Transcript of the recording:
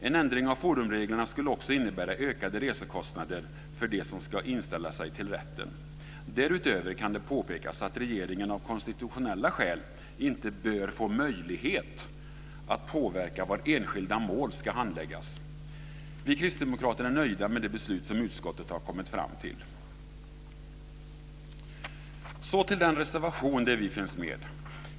En ändring av forumreglerna skulle också innebära ökade resekostnader för dem som ska inställa sig i rätten. Därutöver kan det påpekas att regeringen av konstitutionella skäl inte bör få möjlighet att påverka var enskilda mål ska handläggas. Vi kristdemokrater är nöjda med det beslut som utskottet har kommit fram till. Så övergår jag till den reservation som vi finns med i.